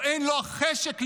או אין לו החשק להילחם,